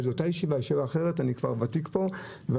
השתתפתי פה בישיבה ולא יכולתי לעמוד